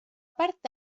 part